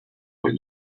what